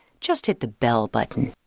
just hit the bell button.